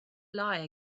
lie